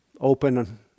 open